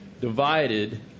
divided